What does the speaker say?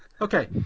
Okay